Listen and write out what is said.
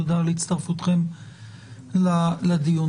תודה על הצטרפותכם לדיון.